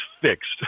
fixed